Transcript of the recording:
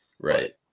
right